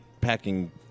packing